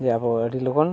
ᱡᱮ ᱟᱵᱚ ᱟᱹᱰᱤᱞᱚᱜᱚᱱ